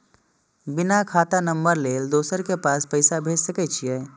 बिना खाता नंबर लेल दोसर के पास पैसा भेज सके छीए?